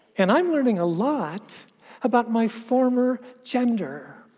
and i am learning a lot about my former gender.